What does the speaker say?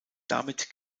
damit